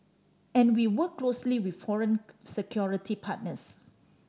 and we work closely with foreign security partners